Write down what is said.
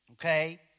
okay